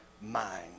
mind